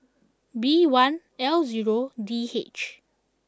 B one L zero D H